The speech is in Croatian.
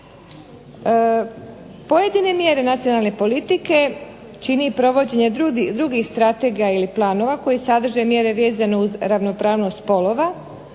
Pojedine mjere nacionalne politike čini provođenje drugih strategija ili planova koje sadrže mjere vezano uz ravnopravnost spolova